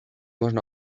można